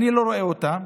אני לא רואה אותם.